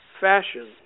fashion